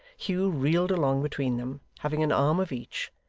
hugh reeled along between them, having an arm of each,